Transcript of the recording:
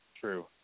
True